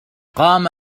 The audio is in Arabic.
قام